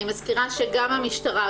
אני מזכירה שגם המשטרה,